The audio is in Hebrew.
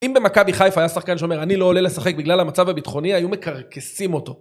אם במכבי חיפה היה שחקן שאומר אני לא עולה לשחק בגלל המצב הביטחוני היו מקרקסים אותו.